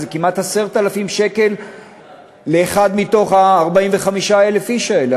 זה כמעט 10,000 שקל לכל אחד מתוך ה-45,000 איש האלה,